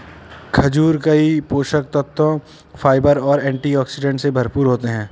खजूर कई पोषक तत्वों, फाइबर और एंटीऑक्सीडेंट से भरपूर होते हैं